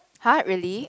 !huh! really